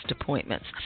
appointments